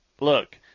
look